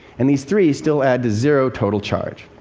and these three still add to zero total charge.